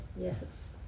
Yes